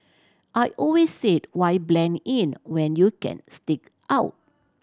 I always said why blend in when you can stick out